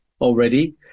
already